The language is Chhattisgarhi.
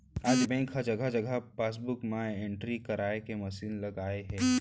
आज बेंक ह जघा जघा पासबूक म एंटरी कराए के मसीन लगाए हे